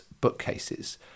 bookcases